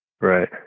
Right